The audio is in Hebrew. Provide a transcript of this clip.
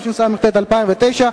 התשס"ט 2009,